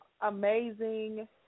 amazing